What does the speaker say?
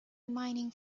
mining